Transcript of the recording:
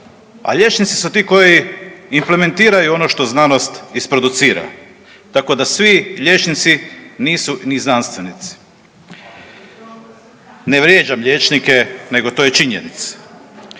a liječnici su ti koji implementiraju ono što znanost isproducira. Tako da svi liječnici nisu ni znanstvenici. Ne vrijeđam liječnike nego to je činjenica.